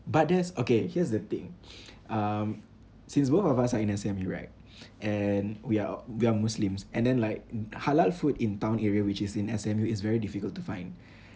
but there's okay here's the thing um since both of us are in S_M_U right and we are we are muslims and then like halal food in town area which is in S_M_U is very difficult to find